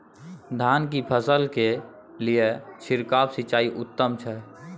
धान की फसल के लिये छिरकाव सिंचाई उत्तम छै?